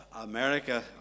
America